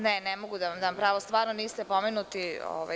Ne mogu da vam dam pravo, stvarno niste pomenuti.